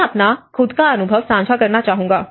मैं अपना खुद का अनुभव सांझा करना चाहूंगा